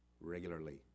regularly